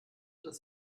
das